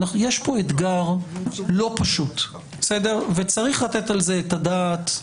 יש פה אתגר לא פשוט, וצריך לתת על זה את הדעת.